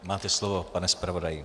Máte slovo, pane zpravodaji.